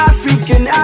African